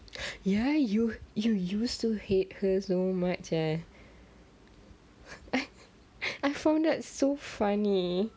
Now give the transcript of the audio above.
ya you you used to hate her so much eh I I found that so funny